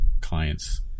clients